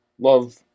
love